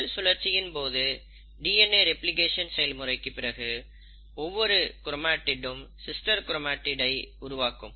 செல் சுழற்சியின் போது DNA replication செயல்முறைக்கு பிறகு ஒவ்வொரு க்ரோமாடிடும் சிஸ்டர் க்ரோமாடிட் ஐ உருவாக்கும்